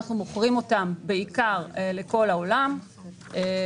אנחנו מוכרים אותן לכל העולם בעיקר,